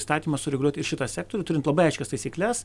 įstatymą sureguliuot ir šitą sektorių turint labai aiškias taisykles